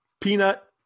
peanut